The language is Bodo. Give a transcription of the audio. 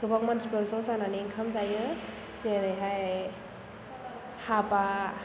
गोबां मानसिफोर ज' जानानै ओंखाम जायो जेरैहाय हाबा